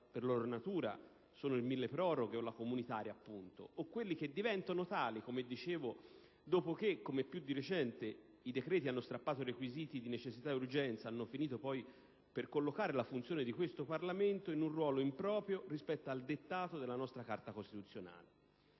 per loro natura sono il milleproroghe o la legge comunitaria, appunto) o di quelli che diventano tali - come dicevo - dopo che, come più di recente, i decreti hanno strappato i requisiti di necessità ed urgenza ha finito per collocare la funzione di questo Parlamento in un ruolo improprio rispetto al dettato della nostra Carta costituzionale.